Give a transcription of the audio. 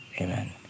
amen